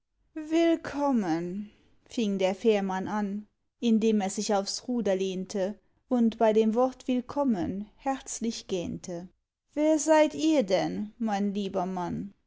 willkommen fing der fährmann an indem er sich aufs ruder lehnte und bei dem wort willkommen herzlich gähnte wer seid ihr denn mein lieber mann